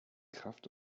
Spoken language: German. kraft